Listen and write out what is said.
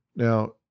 Now